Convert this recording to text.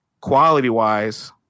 quality-wise